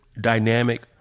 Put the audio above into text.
dynamic